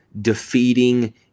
defeating